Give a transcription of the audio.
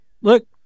look